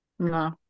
No